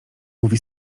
mówi